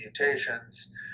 mutations